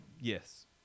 Yes